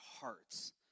hearts